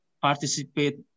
participate